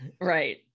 Right